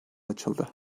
açıldı